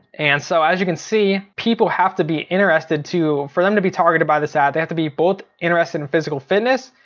and so as you can see people have to be interested to, for them to be targeted by this ad, they have to be both interested in physical fitness,